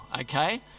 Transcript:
Okay